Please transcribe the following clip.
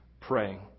Praying